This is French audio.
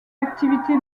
activité